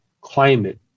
climate